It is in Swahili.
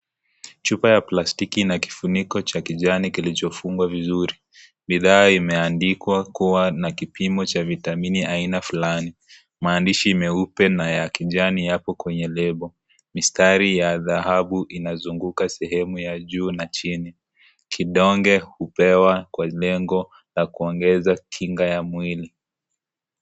Chupa ya plastiki ina kifiniko cha kijani kilichofungwa vizuri bidhaa imeandikwa kuwa na vipimo vya kithaamini aina fulani maandishi meupe na kijani imeanfikwa kwenye lebo mistari ya dhahabu inazunhuka sehemu ya juu na chini, kidonge hupewa kwa lengo la kuongeza kinga ya mwili.